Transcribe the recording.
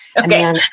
Okay